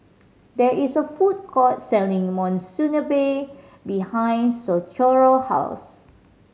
there is a food court selling Monsunabe behind Socorro house